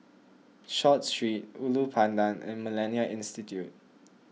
Short Street Ulu Pandan and Millennia Institute